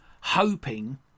hoping